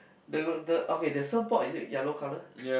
the the okay the surf board is it yellow colour